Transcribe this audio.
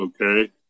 okay